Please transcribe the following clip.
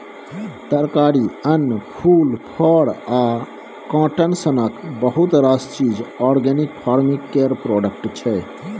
तरकारी, अन्न, फुल, फर आ काँटन सनक बहुत रास चीज आर्गेनिक फार्मिंग केर प्रोडक्ट छै